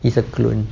he's a clone